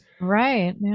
Right